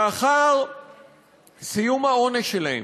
לאחר סיום העונש שלהם,